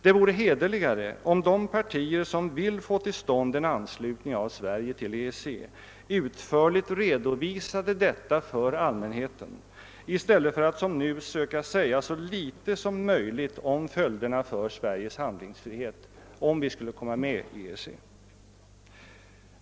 Det vore hederligare om de partier, som vill få till stånd en anslutning av Sverige till EEC, utförligt redovisade detta för allmänheten i stället för att som nu försöka säga så litet som möjligt om följderna för Sveriges handelsfrihet vid en sådan anslutning.